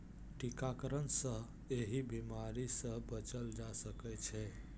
टीकाकरण सं एहि बीमारी सं बचल जा सकै छै